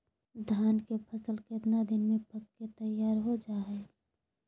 धान के फसल कितना दिन में पक के तैयार हो जा हाय?